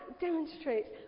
demonstrates